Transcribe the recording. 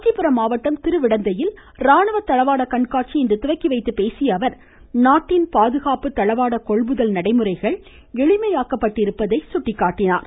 காஞ்சிபுரம் மாவட்டம் திருவிடந்தையில் ராணுவத் தளவாடக் கண்காட்சியை இன்று துவக்கி வைத்து பேசிய அவர் நாட்டின் பாதுகாப்பு தளவாட கொள்முதல் நடைமுறைகள் எளிமையாக்கப்பட்டிருப்பதை எடுத்துரைத்தார்